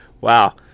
wow